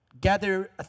gather